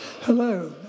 Hello